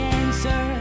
answer